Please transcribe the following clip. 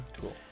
Cool